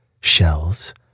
shells